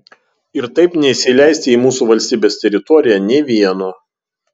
ir taip neįsileisti į mūsų valstybės teritoriją nė vieno